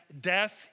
death